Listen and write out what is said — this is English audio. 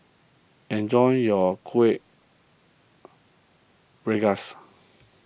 enjoy your Kuih Rengas